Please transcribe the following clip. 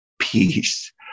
peace